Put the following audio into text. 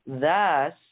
thus